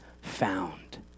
found